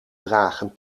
dragen